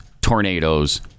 tornadoes